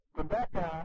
Rebecca